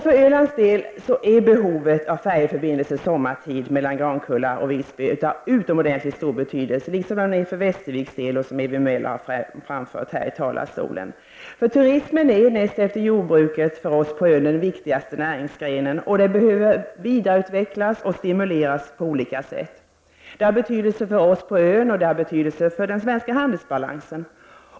För Ölands del är behovet av en färjeförbindelse sommartid mellan Grankullavik och Visby av utomordentligt stor betydelse, liksom det är för Västerviks del, som Ewy Möller här har framfört från talarstolen. Turismen är näst efter jordbruket för oss på Öland den viktigaste näringsgrenen. Den behöver vidareutvecklas och stimuleras på olika sätt. Det har betydelse för oss på Öland och för den svenska handelsbalansen.